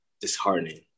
disheartening